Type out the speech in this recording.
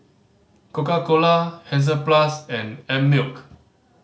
Coca Cola Hansaplast and Einmilk